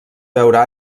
veure